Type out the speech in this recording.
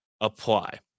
apply